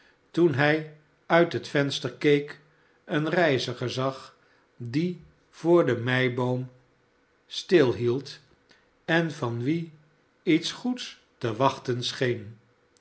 toen hij uit het venster keek een reiziger zag die voor de meiboom stilhield en van wien iets goeds te wachten scheen